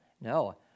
No